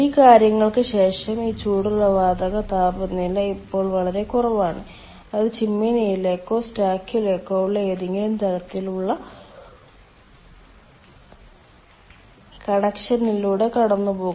ഈ കാര്യങ്ങൾക്ക് ശേഷം ഈ ചൂടുള്ള വാതക താപനില ഇപ്പോൾ വളരെ കുറവാണ് അത് ചിമ്മിനിയിലേക്കോ സ്റ്റാക്കിലേക്കോ ഉള്ള ഏതെങ്കിലും തരത്തിലുള്ള കണക്ഷനിലൂടെ കടന്നുപോകും